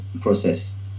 process